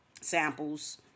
samples